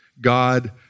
God